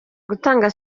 gutanga